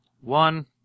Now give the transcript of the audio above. one